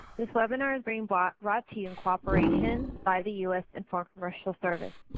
this webinar is being brought brought to you in cooperation by the u s. and foreign commercial service.